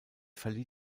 verlieh